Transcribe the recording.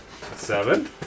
Seven